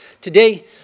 today